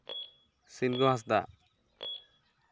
ᱥᱤᱱᱜᱚ ᱦᱟᱸᱥᱫᱟ